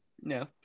no